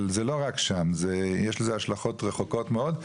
אבל זה לא רק שם, יש לזה השלכות רחוקות מאוד.